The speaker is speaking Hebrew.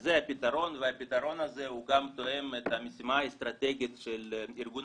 אז זה הפתרון והפתרון הזה גם תואם את המשימה האסטרטגית של ארגון